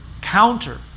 counter